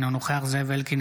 אינו נוכח זאב אלקין,